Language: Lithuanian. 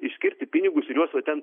išskirti pinigus ir juos va ten